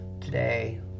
today